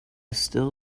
still